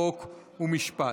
חוק ומשפט.